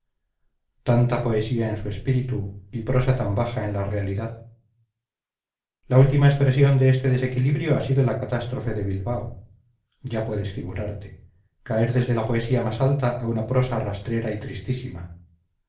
tanta poesía en su espíritu y prosa tan baja en la realidad la última expresión de este desequilibrio ha sido la catástrofe de bilbao ya puedes figurarte caer desde la poesía más alta a una prosa rastrera y tristísima